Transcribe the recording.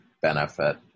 benefit